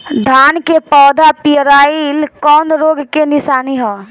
धान के पौधा पियराईल कौन रोग के निशानि ह?